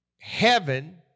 heaven